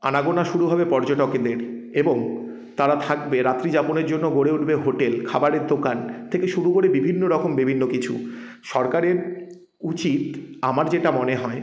আনাগোনা শুরু হবে পর্যটকেদের এবং তারা থাকবে রাত্রি যাপনের জন্য গড়ে উঠবে হোটেল খাবারের দোকান থেকে শুরু করে বিভিন্ন রকম বিভিন্ন কিছু সরকারের উচিত আমার যেটা মনে হয়